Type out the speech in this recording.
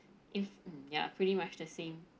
if ya pretty much the same